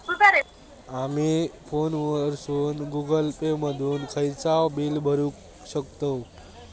आमी फोनवरसून Google Pay मधून खयचाव बिल भरुक शकतव